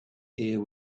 air